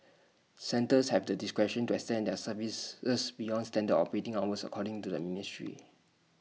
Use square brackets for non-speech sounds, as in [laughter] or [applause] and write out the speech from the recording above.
centres have the discretion to extend their services [unintelligible] beyond standard operating hours according to the ministry